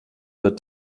wird